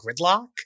gridlock